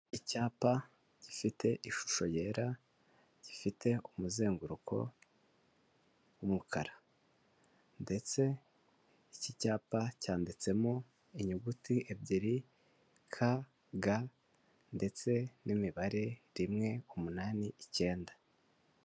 Icyapa gifite ishusho yera, gifite umuzenguruko w'umukara ndetse iki cyapa cyanditsemo inyuguti ebyiri ka ga ndetse n'imibare rimwe umunani icyenda.